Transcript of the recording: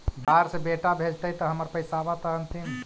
बाहर से बेटा भेजतय त हमर पैसाबा त अंतिम?